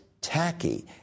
tacky